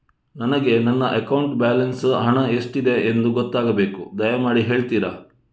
ನನಗೆ ನನ್ನ ಅಕೌಂಟಲ್ಲಿ ಬ್ಯಾಲೆನ್ಸ್ ಹಣ ಎಷ್ಟಿದೆ ಎಂದು ಗೊತ್ತಾಗಬೇಕು, ದಯಮಾಡಿ ಹೇಳ್ತಿರಾ?